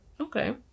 Okay